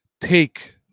take